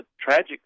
tragic